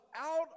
out